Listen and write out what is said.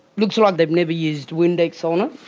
looks like they've never used windex on it.